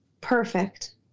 perfect